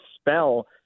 spell